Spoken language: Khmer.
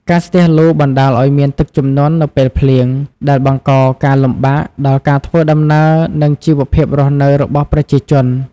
ការស្ទះលូ បណ្តាលឲ្យមានទឹកជំនន់នៅពេលភ្លៀង ដែលបង្កការលំបាកដល់ការធ្វើដំណើរ និងជីវភាពរស់នៅរបស់ប្រជាជន។